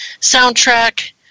soundtrack